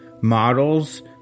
models